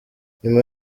nyuma